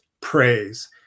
Praise